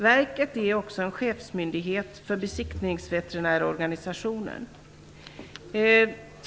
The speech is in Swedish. Verket är också chefsmyndighet för besiktningsveterinärorganisationen.